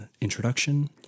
introduction